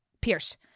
Pierce